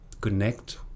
connect